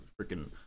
freaking